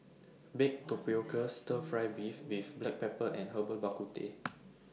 Baked Tapioca Stir Fry Beef with Black Pepper and Herbal Bak Ku Teh